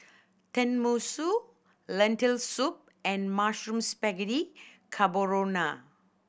Tenmusu Lentil Soup and Mushroom Spaghetti Carbonara